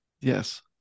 Yes